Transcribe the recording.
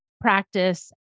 practice